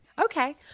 Okay